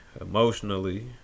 Emotionally